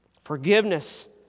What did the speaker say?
forgiveness